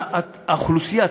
האוכלוסייה,